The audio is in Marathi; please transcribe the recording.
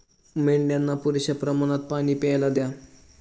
मेंढ्यांना पुरेशा प्रमाणात पाणी प्यायला द्या